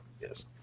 Yes